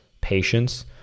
patience